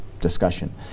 discussion